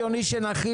מי מטעמם,